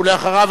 ולאחריו,